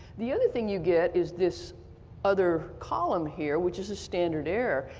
the other thing you get is this other column here which is a standard error.